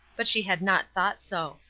but she had not thought so.